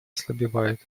ослабевает